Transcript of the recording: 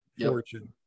fortune